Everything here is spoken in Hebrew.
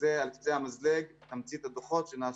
זה על קצה המזלג תמציתה דוחות שנעשו,